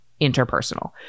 interpersonal